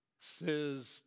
says